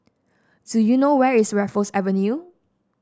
do you know where is Raffles Avenue